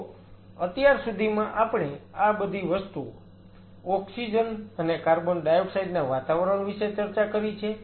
તો અત્યાર સુધીમાં આપણે આ બધી વસ્તુઓ ઓક્સિજન અને કાર્બન ડાયોક્સાઈડ ના વાતાવરણ વિશે ચર્ચા કરી છે